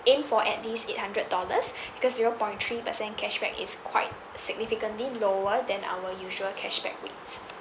aim for at least eight hundred dollars because zero point three percent cashback is quite significantly lower than our usual cashback rates